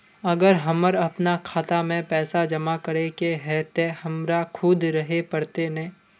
अगर हमर अपना खाता में पैसा जमा करे के है ते हमरा खुद रहे पड़ते ने?